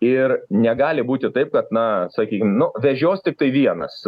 ir negali būti taip kad na sakykim nu vežios tiktai vienas